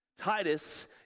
Titus